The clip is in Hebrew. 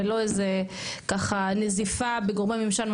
ולא איזו נזיפה בגורמי ממשל,